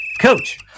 Coach